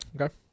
Okay